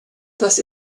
das